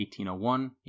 1801